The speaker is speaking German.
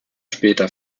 später